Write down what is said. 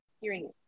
hearing